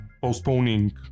postponing